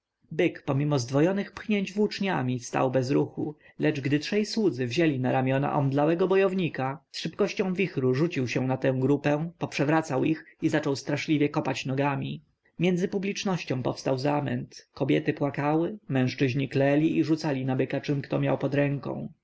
pomimo zdwojonych pchnięć włóczniami stał bez ruchu lecz gdy trzej słudzy wzięli na ramiona omdlałego bojownika z szybkością wichru rzucił się na tę grupę poprzewracał ich i zaczął straszliwie kopać nogami między publicznością powstał zamęt kobiety płakały mężczyźni klęli i rzucali na byka czem kto miał pod ręką